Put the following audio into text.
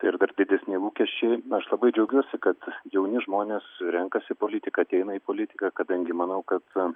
tai ir dar didesni lūkesčiai aš labai džiaugiuosi kad jauni žmonės renkasi politiką ateina į politiką kadangi manau kad